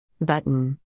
Button